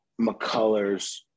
McCullers